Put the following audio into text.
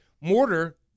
Mortar